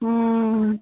ம்ம்ம்